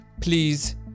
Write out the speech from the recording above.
please